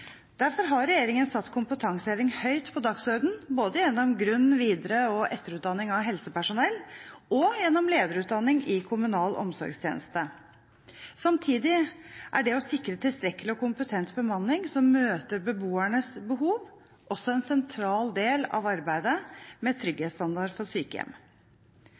Derfor har regjeringen satt kompetanseheving høyt på dagsordenen, både gjennom grunn-, videre- og etterutdanning av helsepersonell og gjennom lederutdanning i kommunal omsorgstjeneste. Samtidig er det å sikre tilstrekkelig og kompetent bemanning som møter beboernes behov, også en sentral del av arbeidet med trygghetsstandard for sykehjem.